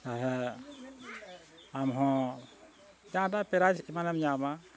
ᱛᱟᱦᱮᱸᱫ ᱟᱢ ᱦᱚᱸ ᱡᱟᱦᱟᱸᱴᱟᱜ ᱯᱨᱟᱭᱤᱡᱽ ᱮᱢᱟᱱᱮᱢ ᱧᱟᱢᱟ